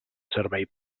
servei